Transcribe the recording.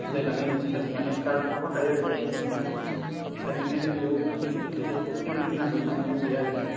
सिलाय लानाय मोनसे सासे गार्ड हरफाखायो आरो कि सेफ्टिनि थाखाय दा बेनिखायनो बेयाव माने सेफ्टिनि सायाव बेखौ जेबो गिनांगौ साननांगौ गैया आरो कि